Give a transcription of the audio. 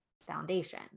foundation